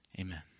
Amen